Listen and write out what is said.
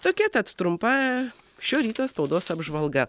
tokia tad trumpa šio ryto spaudos apžvalga